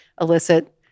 elicit